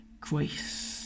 grace